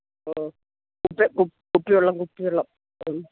ഓ കുപ്പി കുപ്പിവെള്ളം കുപ്പിവെള്ളം മ്മ്